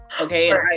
Okay